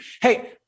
Hey